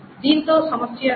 దీనితో సమస్య అది